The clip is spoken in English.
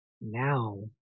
Now